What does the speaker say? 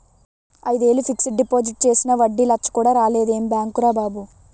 ఐదేళ్ళు fixed deposit చేసినా వడ్డీ లచ్చ కూడా రాలేదు ఏం బాంకురా బాబూ